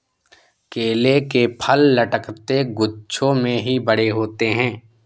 केले के फल लटकते गुच्छों में ही बड़े होते है